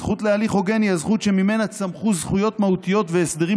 הזכות להליך הוגן היא הזכות שממנה צמחו זכויות מהותיות והסדרים